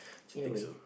in a way